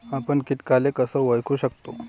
आपन कीटकाले कस ओळखू शकतो?